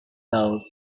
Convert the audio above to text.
those